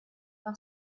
par